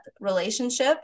relationship